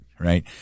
Right